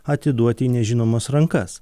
atiduoti į nežinomas rankas